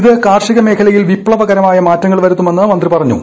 ഇത് കാർഷിക മേഖലയിൽ വിപ്തവകരമായ മാറ്റങ്ങൾ വരുത്തുമെന്ന് മന്ത്രി പറഞ്ഞു